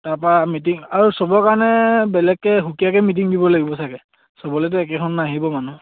তাৰপা মিটিং আৰু চবৰ কাৰণে বেলেগকে সুকীয়াকে মিটিং দিব লাগিব চাগে চবলেতো একেখন নাহিব মানুহ